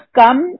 come